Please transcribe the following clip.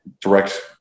direct